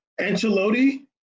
Ancelotti